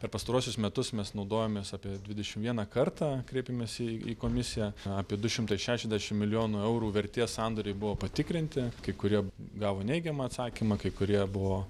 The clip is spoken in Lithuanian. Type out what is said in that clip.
per pastaruosius metus mes naudojomės apie dvidešim vieną kartą kreipėmės į į komisiją apie du šimtai šešiasdešim milijonų eurų vertės sandoriai buvo patikrinti kai kurie gavo neigiamą atsakymą kai kurie buvo